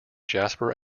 jasper